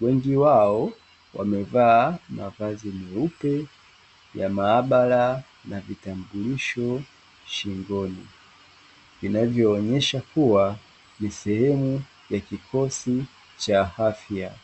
Wengi wao wamevaa mavazi meupe ya maabara na vitambulisho shingoni vinavyoonesha kuwa ni sehemu ya kikosi cha afya.